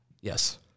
Yes